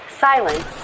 silence